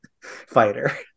fighter